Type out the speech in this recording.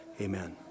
Amen